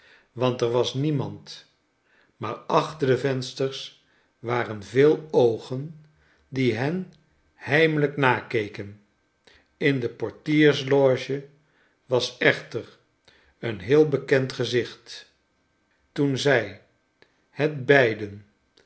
want er was niemand maar achter de vensters waren veel oogen die hen heimelrjk nakeken in de poftiersloge was echter een heel bekend gezicht toen zij het beiden